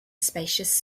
spacious